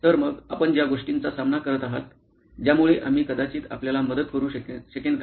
तर मग आपण ज्या गोष्टींचा सामना करत आहात ज्यामुळे आम्ही कदाचित आपल्याला मदत करू शकेन काय